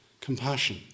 compassion